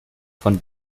von